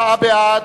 24 בעד,